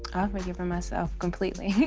i've forgiven myself completely.